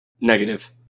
negative